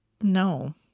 No